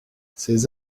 ces